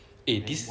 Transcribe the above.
eh this